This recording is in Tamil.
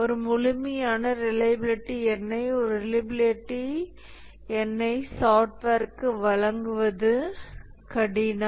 ஒரு முழுமையான ரிலையபிலிட்டி எண்ணை ஒரு ரிலையபிலிட்டி எண்ணை சாஃப்ட்வேருக்கு வழங்குவது கடினம்